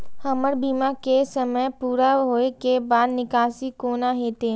हमर बीमा के समय पुरा होय के बाद निकासी कोना हेतै?